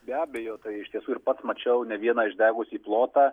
be abejo tai iš tiesų ir pats mačiau ne vieną išdegusį plotą